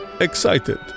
excited